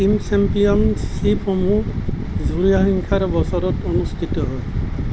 team চেম্পিয়নশ্বিপসমূহ যুৰীয়া সংখ্যাৰ বছৰত অনুষ্ঠিত হয়